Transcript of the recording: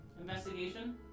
Investigation